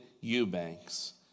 Eubanks